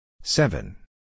Seven